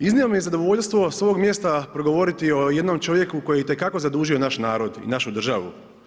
Iznimno mi je zadovoljstvo sa ovog mjesta progovoriti o jednom čovjeku koji je itekako zadužio naš narod i našu državu.